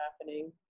happening